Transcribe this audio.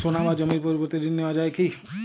সোনা বা জমির পরিবর্তে ঋণ নেওয়া যায় কী?